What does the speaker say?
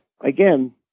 again